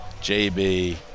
JB